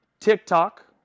TikTok